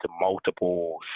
multiple